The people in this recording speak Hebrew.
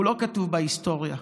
הוא לא כתוב בהיסטוריה,